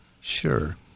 sure